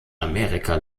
amerika